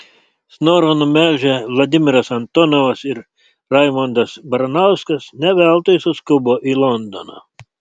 snorą numelžę vladimiras antonovas ir raimondas baranauskas ne veltui suskubo į londoną